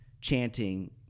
chanting